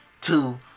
Two